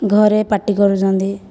ଘରେ ପାଟି କରୁଛନ୍ତି